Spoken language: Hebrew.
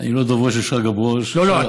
אני לא דוברו של שרגא ברוש, לא, לא.